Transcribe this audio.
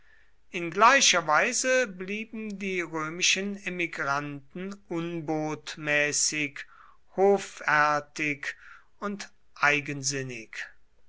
in gleicher weise blieben die römischen emigranten unbotmäßig hoffärtig und eigensinnig